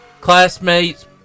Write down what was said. classmates